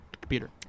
computer